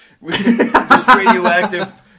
radioactive